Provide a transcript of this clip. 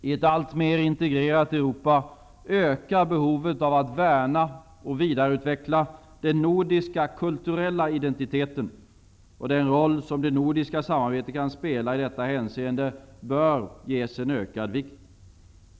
I ett alltmer integrerat Europa ökar behovet av att värna och vidareutveckla den nordiska kulturella identiteten, och den roll som det nordiska samarbetet kan spela i detta hänseende bör ges en ökad vikt.